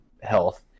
health